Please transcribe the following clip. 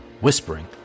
whispering